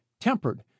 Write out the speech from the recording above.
tempered